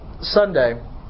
Sunday